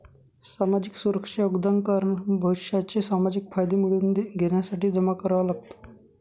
सामाजिक सुरक्षा योगदान कर भविष्याचे सामाजिक फायदे मिळवून घेण्यासाठी जमा करावा लागतो